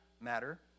matter